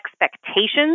expectations